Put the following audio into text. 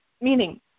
Meaning